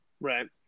Right